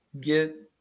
get –